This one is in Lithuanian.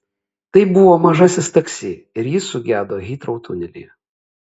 tai buvo mažasis taksi ir jis sugedo hitrou tunelyje